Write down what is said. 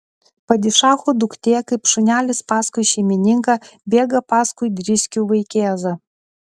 padišacho duktė kaip šunelis paskui šeimininką bėga paskui driskių vaikėzą